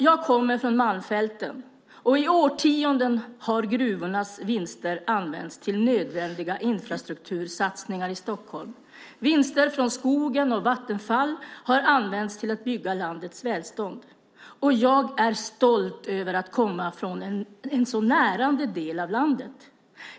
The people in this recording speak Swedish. Jag kommer från Malmfälten, och i årtionden har gruvornas vinster använts till nödvändiga infrastruktursatsningar i Stockholm. Vinster från skogen och Vattenfall har använts till att bygga landets välstånd. Och jag är stolt över att komma från en så närande del av landet.